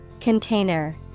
Container